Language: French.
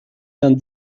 vingt